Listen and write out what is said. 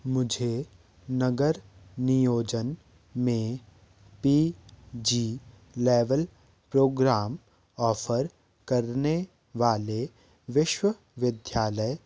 मुझे नगर नियोजन में P G level programme offer करने वाले विश्वविद्यालय